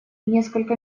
несколько